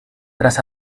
tras